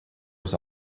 his